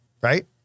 Right